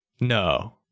No